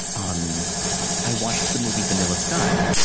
um i watched the movie vanilla sky.